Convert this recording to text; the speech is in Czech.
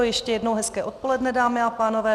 Ještě jednou hezké odpoledne, dámy a pánové.